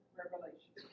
revelation